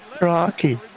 Rocky